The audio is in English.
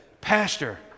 Pastor